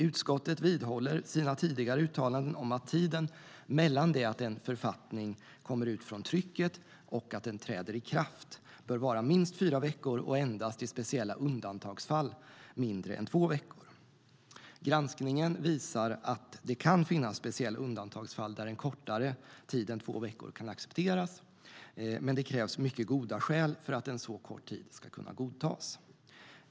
Utskottet vidhåller sina tidigare uttalanden om att tiden mellan att en författning kommer ut från trycket och att den träder i kraft bör vara minst fyra veckor och endast i speciella undantagsfall mindre än två veckor. Granskningen visar att det kan finnas speciella undantagsfall där kortare tid än två veckor kan accepteras, men det krävs mycket goda skäl för att så kort tid ska kunna godtas.